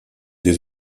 des